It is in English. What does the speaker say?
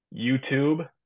youtube